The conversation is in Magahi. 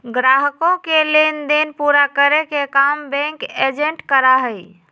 ग्राहकों के लेन देन पूरा करे के काम बैंक एजेंट करा हई